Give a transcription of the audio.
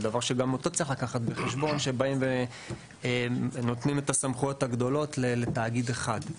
דבר שגם אותו צריך לקחת בחשבון כשנותנים סמכויות גדולות לתאגיד אחד.